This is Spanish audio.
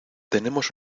tenemos